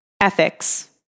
ethics